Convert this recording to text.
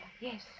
yes